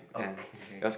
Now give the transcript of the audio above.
okay